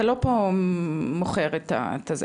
אתה לא פה מוכר את הזה,